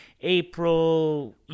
April